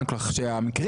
לימד אותנו שהדבר